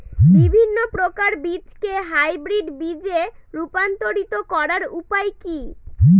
বিভিন্ন প্রকার বীজকে হাইব্রিড বীজ এ রূপান্তরিত করার উপায় কি?